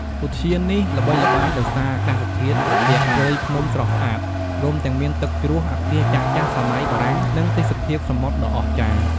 ឧទ្យាននេះល្បីល្បាញដោយសារអាកាសធាតុត្រជាក់ព្រៃភ្នំស្រស់ស្អាត ព្រមទាំងមានទឹកជ្រោះ អគារចាស់ៗសម័យបារាំង និងទេសភាពសមុទ្រដ៏អស្ចារ្យ។